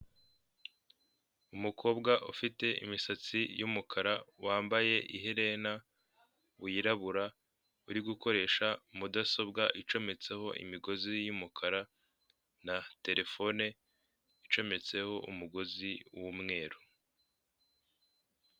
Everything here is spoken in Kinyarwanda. Hano ni muri supamaketi, amatara ari kwaka. Harimo etajeri nyinshi ziriho ibicuruzwa bitandukanye. Ndahabona urujya n'uruza rw'abantu, barimo guhaha.